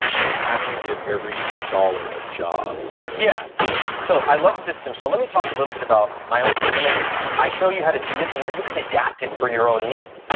like you have to give every dollar a job yeah basically yes. so, i love systems. so let me talk a little bit about my own system and i show you how to do this and then you could adapt it for your own needs.